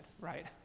right